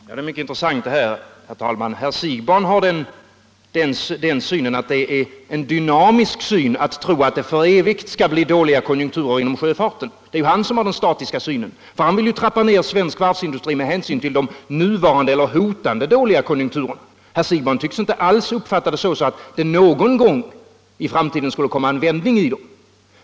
Herr talman! Det är mycket intressant det här. Herr Siegbahn har den uppfattningen att det är en dynamisk syn att tro att det för evigt skall bli dåliga konjunkturer inom sjöfarten. Det är ju han som har den statiska synen. Han vill ju trappa ner svensk varvsindustri med hänsyn till de nuvarande eller hotande dåliga konjunkturerna. Herr Siegbahn tycks inte alls kunna tänka sig att det någon gång i framtiden kan komma en förändring.